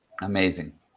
amazing